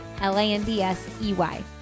L-A-N-D-S-E-Y